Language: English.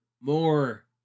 more